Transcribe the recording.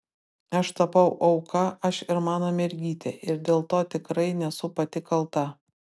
aš tapau auka aš ir mano mergytė ir dėl to tikrai nesu pati kalta